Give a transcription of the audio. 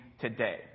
today